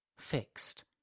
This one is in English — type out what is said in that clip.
fixed